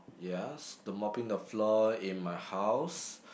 yes the mopping the floor in my house